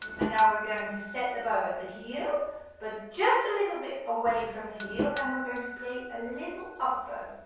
and now we're going to set the bow at the heel but just a little bit away from the heel and we're going to play a little up bow